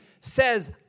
says